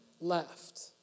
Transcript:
left